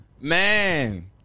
Man